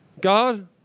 God